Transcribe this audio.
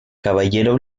caballero